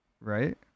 Right